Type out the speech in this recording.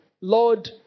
Lord